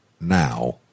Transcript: now